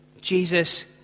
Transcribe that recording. Jesus